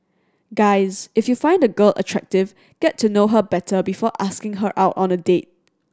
guys if you find a girl attractive get to know her better before asking her out on a date